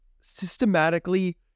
systematically